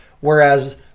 whereas